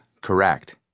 correct